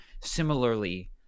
similarly